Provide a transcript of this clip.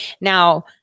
Now